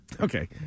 Okay